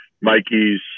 Mikey's